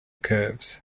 curves